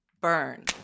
Burn